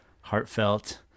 heartfelt